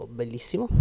bellissimo